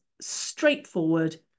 straightforward